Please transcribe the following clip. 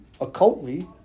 Occultly